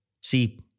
See